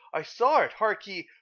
i saw it, harkee,